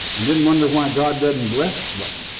and then wonder why god didn't bless them.